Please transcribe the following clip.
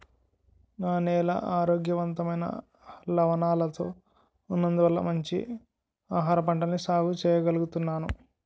నా నేల ఆరోగ్యవంతమైన లవణాలతో ఉన్నందువల్ల మంచి ఆహారపంటల్ని సాగు చెయ్యగలుగుతున్నాను